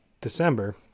December